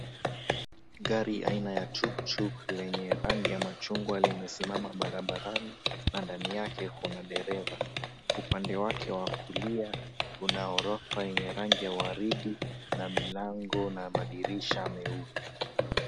Gari aina ya tuktuk lenye rangi ya machungwa limesimama barabarani na ndani yake kuna dereva. Upande wake wa kulia, kuna ghorofa yenye rangi ya waridi na milango na madirisha meupe.